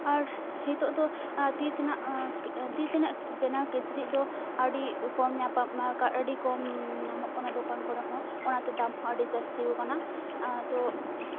ᱟᱨ ᱦᱤᱛᱚᱜᱫᱚ ᱛᱤᱛᱮᱱᱟᱜ ᱛᱤᱛᱮᱱᱟᱜ ᱵᱮᱱᱟᱣ ᱠᱤᱪᱨᱤᱡᱽ ᱫᱚ ᱟᱹᱰᱤ ᱠᱚᱢ ᱧᱟᱯᱟᱢ ᱟᱹᱰᱤ ᱠᱚᱢᱻ ᱧᱟᱢᱚᱜ ᱠᱟᱱᱟ ᱫᱚᱠᱟᱱ ᱠᱚᱨᱮᱦᱚᱸ ᱚᱱᱟᱛᱮ ᱫᱟᱢᱦᱚᱸ ᱟᱹᱰᱤ ᱡᱟᱹᱥᱛᱤ ᱟᱠᱟᱱᱟ ᱟᱫᱚ